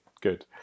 good